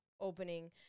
opening